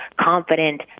confident